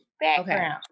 background